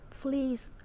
please